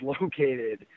located